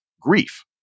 grief